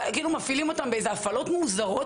כאילו מפעילים אותם באיזה הפעלות מוזרות